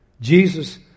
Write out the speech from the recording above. Jesus